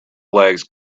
legs